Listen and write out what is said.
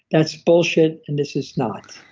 that's bullshit, and this this not.